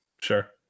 Sure